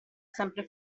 sempre